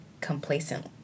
complacent